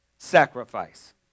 Sacrifice